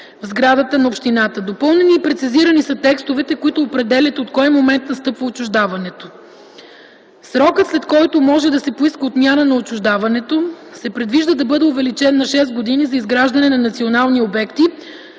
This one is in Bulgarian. в сградата на общината. Допълнени и прецизирани са текстовете, които определят от кой момент настъпва отчуждаването. Срокът, след който може да се поиска отмяна на отчуждаването, се предвижда да бъде увеличен на 6 години за изграждане на национални обекти,